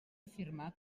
afirmar